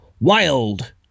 Wild